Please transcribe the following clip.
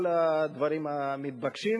כל הדברים המתבקשים.